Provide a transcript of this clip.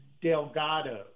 Delgado